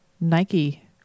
Nike